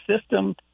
system